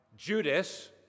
Judas